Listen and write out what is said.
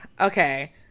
okay